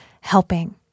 helping